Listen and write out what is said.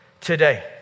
today